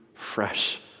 fresh